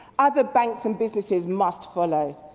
other banks and businesses must follow.